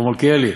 הרב מלכיאלי: